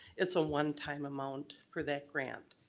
it's a one-time amount for that grant.